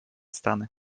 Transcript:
stany